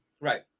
Right